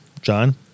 John